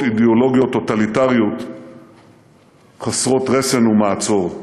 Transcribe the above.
אידיאולוגיות טוטליטריות חסרות רסן ומעצור.